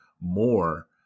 more